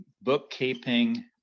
bookkeeping